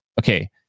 okay